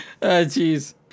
jeez